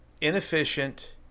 inefficient